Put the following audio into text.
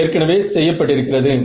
அது ஏற்கெனவே செய்யப்பட்டிருக்கிறது